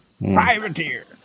Privateer